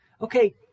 Okay